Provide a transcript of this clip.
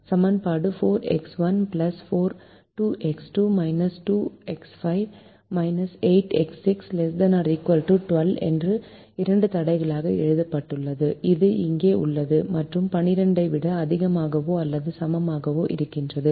சமன்பாடு 4X1 2X2 2X5 8X6 ≤ 12 என்ற இரண்டு தடைகளாக எழுதப்பட்டுள்ளது இது இங்கே உள்ளது மற்றும் 12 ஐ விட அதிகமாகவோ அல்லது சமமாகவோ இருக்கிறது